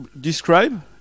describe